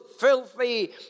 filthy